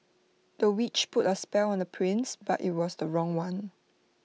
the witch put A spell on the prince but IT was the wrong one